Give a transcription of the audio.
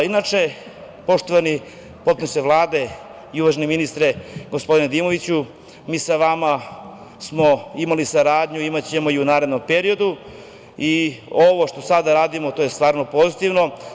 Inače, poštovani potpredsedniče Vlade i uvaženi ministre, gospodine Nedimoviću, mi sa vama smo imali saradnju, imaćemo i u narednom periodu i ovo što sada radimo to je stvarno pozitivno.